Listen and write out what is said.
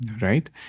right